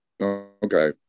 Okay